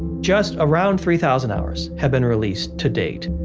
just around three thousand hours have been released to date.